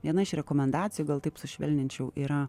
viena iš rekomendacijų gal taip sušvelninčiau yra